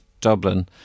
Dublin